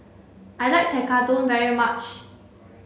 I like Tekkadon very much